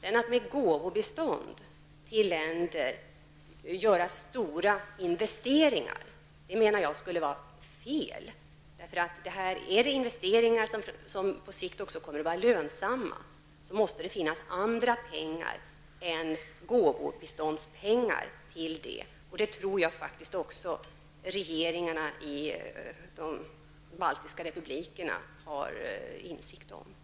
Att med gåvobistånd till länder göra stora investeringar menar jag skulle vara fel. Om det, som i detta fall, är investeringar som på sikt också kommer att vara lönsamma måste andra pengar än gåvobiståndspengar användas. Jag tror faktiskt också att regeringarna i de baltiska republikerna har insikt om detta.